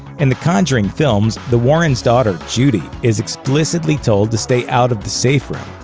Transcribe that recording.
in the conjuring films, the warrens' daughter, judy, is explicitly told to stay out of the safe room.